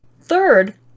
Third